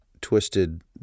twisted